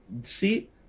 see